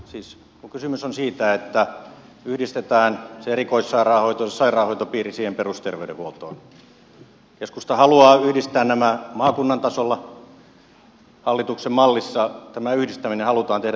siis kun kysymys on siitä että yhdistetään se erikoissairaanhoitopiiri siihen perusterveydenhuoltoon keskusta haluaa yhdistää nämä maakunnan tasolla hallituksen mallissa tämä yhdistäminen halutaan tehdä työssäkäyntialueittain